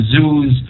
zoos